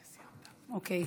ראשית,